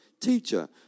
Teacher